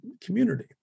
community